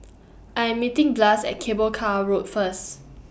I Am meeting glass At Cable Car Road First